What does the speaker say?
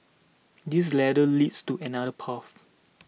this ladder leads to another path